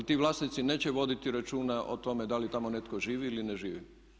Ali ti vlasnici neće voditi računa o tome da li tamo netko živi ili ne živi.